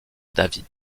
david